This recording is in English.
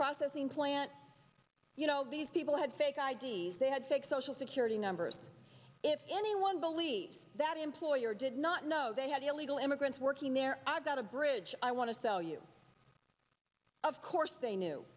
processing plant you know these people had fake i d s they had fake social security numbers if anyone believes that employer did not know they had illegal immigrants working there i've got a bridge want to sell you of course they knew